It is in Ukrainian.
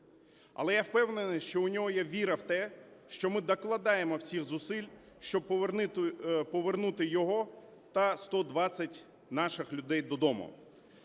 Але я впевнений, що у нього є віра в те, що ми докладаємо всіх зусиль, щоб повернути його та 120 наших людей додому.